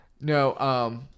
No